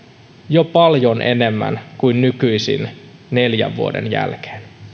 jo paljon enemmän kuin nykyisen neljän vuoden jälkeen